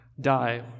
die